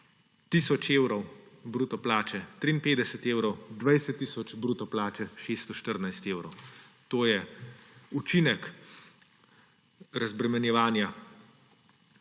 tisoč evrov bruto plače 53 evrov, 20 tisoč bruto plače 614 evrov. To je učinek razbremenjevanja